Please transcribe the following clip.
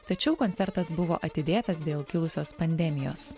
tačiau koncertas buvo atidėtas dėl kilusios pandemijos